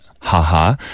haha